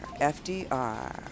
FDR